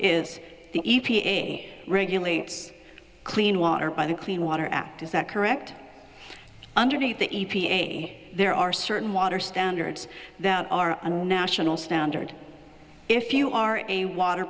is the e p a regulates clean water by the clean water act is that correct underneath the e p a there are certain water standards that are a national standard if you are a water